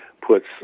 puts